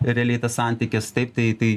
realiai tas santykis taip tai tai